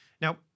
Now